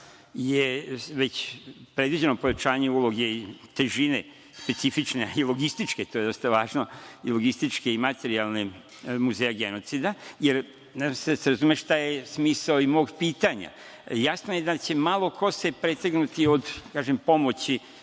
je već predviđeno pojačanje uloge i težine specifične i logističke, to je dosta važno, i logističke i materijalne Muzeja genocida. Nadam se da se razume šta je smisao i mog pitanja. Jasno je da će se malo ko pretrgnuti od pomoći